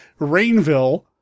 Rainville